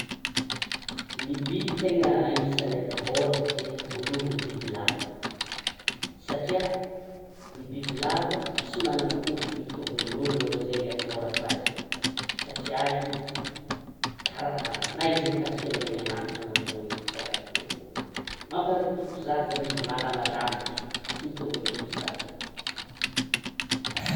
Ny biby tegna anisan'ny atahôrako dia, voalohany ny bibilava satria, ny bibilava tsy manana hoditra mitovy ny an'olona aloha zay ny atahorako azy, satria izy karaha na izy mikasika amin'ny ainanahy foana ohatra hoe: asa ataoko; mampaharikoriko za zany izy malamadamatra, tsy mitôvy amin'ny biby sasany.